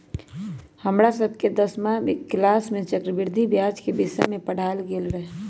हमरा सभके दसमा किलास में चक्रवृद्धि ब्याज के विषय में पढ़ायल गेल रहै